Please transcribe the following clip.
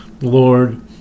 Lord